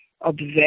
observe